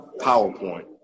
PowerPoint